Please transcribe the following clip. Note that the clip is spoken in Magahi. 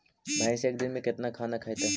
भैंस एक दिन में केतना खाना खैतई?